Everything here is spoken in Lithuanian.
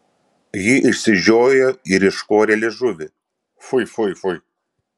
ji išsižiojo ir iškorė liežuvį fui fui fui